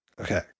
Okay